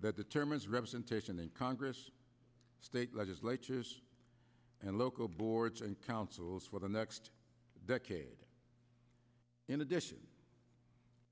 that determines representation in congress state legislatures and local boards and councils for the next decade in addition